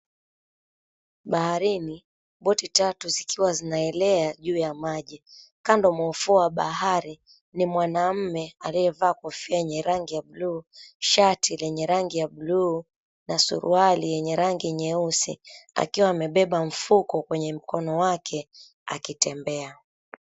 Baharini, boti tatu zikiwa zinaelea juu ya maji. Kando mwa ufuo wa bahari ni mwanaume aliyevaa kofia yenye rangi ya bluu, shati lenye rangi ya bluu na suruali lenye rangi nyeusi akiwa amebeba mfuko kwenye mkono wake akitembea.